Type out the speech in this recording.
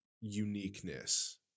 uniqueness